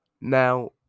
Now